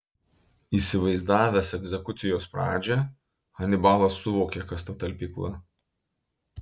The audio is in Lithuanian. įsivaizdavęs egzekucijos pradžią hanibalas suvokė kas ta talpykla